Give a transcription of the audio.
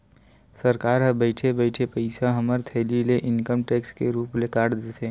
सरकार ह बइठे बइठे पइसा हमर थैली ले इनकम टेक्स के रुप म काट देथे